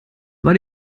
war